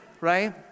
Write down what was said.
Right